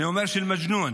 אני אומר, של מג'נון,